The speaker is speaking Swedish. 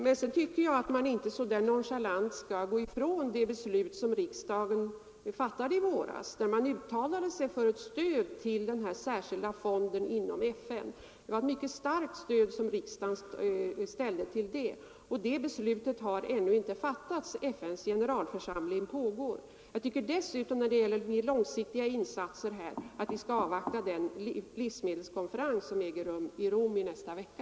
Men jag tycker inte att vi så där nonchalant skall gå ifrån det beslut som riksdagen fattade i våras, då riksdagen uttalade sig för ett stöd till den nämnda särskilda fonden inom FN. Det var ett mycket starkt stöd som riksdagen då gav, men FN:s generalförsamling pågår ännu och något beslut har inte fattats; det är ju här fråga om långsiktiga insatser. Jag tycker dessutom att vi skall avvakta den livsmedelskonferens som äger rum i Rom nästa vecka.